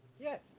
Yes